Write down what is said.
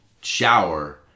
shower